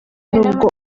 nubwo